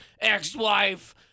ex-wife